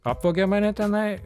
apvogė mane tenai